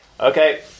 okay